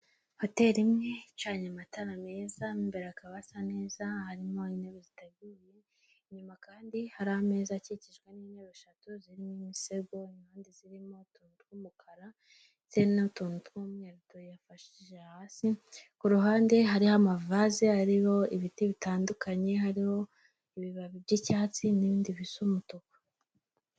Hoteli imwe icanye amatara meza mo imbere hakaba hasa neza harimo intebe ziteguye, inyuma kandi hari ameza akikijwe n'intebe eshatu zirimo imisego impande zirimo utu tw'umukara ndetse n'utuntu tw'umweru tuyafashije hasi, ku ruhande hariho amavase ariho ibiti bitandukanye hariho ibibabi by'icyatsi n'ibindi bisa umutuku.